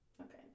okay